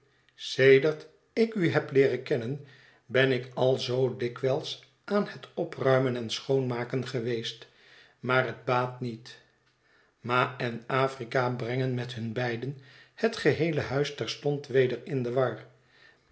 sedert ik u heb leerén kennen ben ik al zoo dikwijls aan het opruimen en schoonmaken geweest maar het baat niet ma en afrika brengen met hun beiden het geheele huis terstond weder in de war